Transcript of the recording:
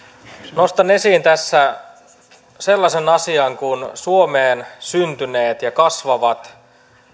nostan esiin tässä sellaisen asian kuin suomeen syntyneet ja kasvavat